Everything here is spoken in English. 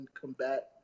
combat